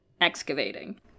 Excavating